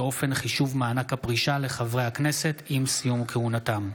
אופן חישוב מענק הפרישה לחברי הכנסת עם סיום כהונתם.